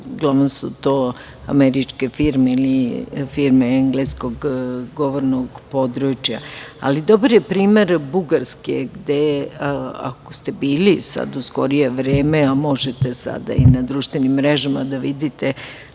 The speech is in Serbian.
Uglavnom su to američke firme ili firme engleskog govornog područja. Dobar je primer Bugarske, gde ako ste bili u skorije vreme, a možete i na društvenim mrežama da vidite.